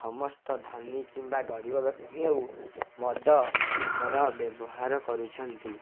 ସମସ୍ତ ଧନୀ କିମ୍ବା ଗରିବ ବ୍ୟକ୍ତି ହେଉ ମଦର ବ୍ୟବହାର କରୁଛନ୍ତି